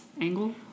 angle